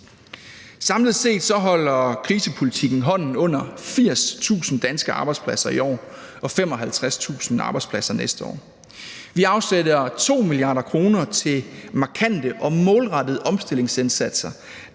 Samlet set holder krisepolitikken hånden under 80.000 danske arbejdspladser i år og 55.000 arbejdspladser næste år. Vi afsætter 2 mia. kr. til markante og målrettede omstillingsindsatser